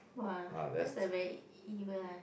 !wah! that's a very evil ah